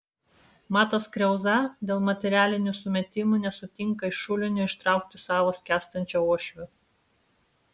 matas kriauza dėl materialinių sumetimų nesutinka iš šulinio ištraukti savo skęstančio uošvio